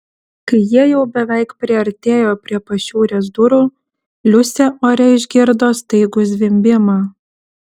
kai jie jau beveik priartėjo prie pašiūrės durų liusė ore išgirdo staigų zvimbimą